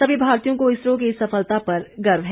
सभी भारतीयों को इसरो की इस सफलता पर गर्व है